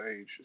age